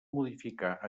modificar